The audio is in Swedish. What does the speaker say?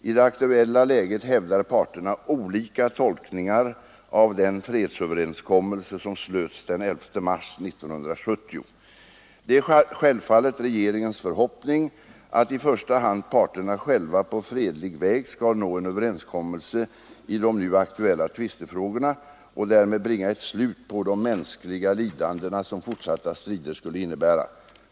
I det aktuella läget hävdar parterna olika tolkningar av den fredsöverenskommelse som slöts den 11 mars 1970. Det är självfallet regeringens förhoppning att i första hand parterna själva på fredlig väg skall nå en överenskommelse i de nu aktuella tvistefrågorna och därmed bringa ett slut på de mänskliga lidanden som fortsatta strider skulle innebära.